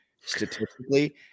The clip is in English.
statistically